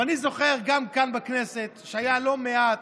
ואני זוכר גם כאן, בכנסת, שהיו לא מעט